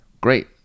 Great